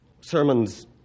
Sermons